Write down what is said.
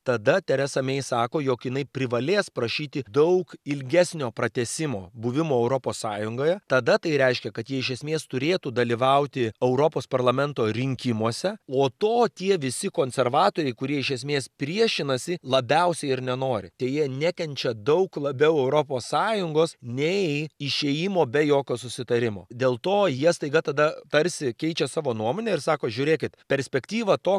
tada teresa mei sako jog jinai privalės prašyti daug ilgesnio pratęsimo buvimo europos sąjungoje tada tai reiškia kad ji iš esmės turėtų dalyvauti europos parlamento rinkimuose o to tie visi konservatoriai kurie iš esmės priešinasi labiausiai ir nenori tai jie nekenčia daug labiau europos sąjungos nei išėjimo be jokio susitarimo dėl to jie staiga tada tarsi keičia savo nuomonę ir sako žiūrėkit perspektyva to